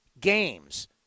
games